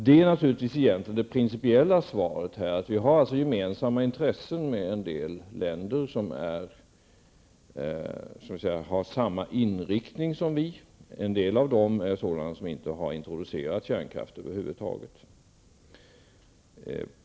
Det är naturligtvis det principiella svaret här. Vi har gemensamma intressen med en del länder som har samma inriktning som vi. En del av dessa har inte introducerat kärnkraft över huvud taget.